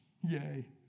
Yay